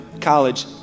college